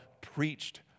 preached